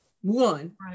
one